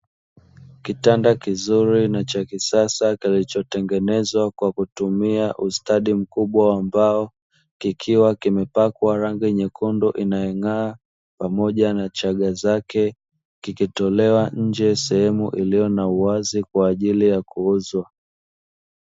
Kitanda kizuri na cha kisasa kilichotengenezwa kwa kutumia ustadi mkubwa wa mbao, kikiwa limepakwa rangi nyekundu inayongaa pamoja na chaga zake kikitolewa nnje sehemu iliyo na uwazi kwa ajili ya kuuzwa.